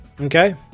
okay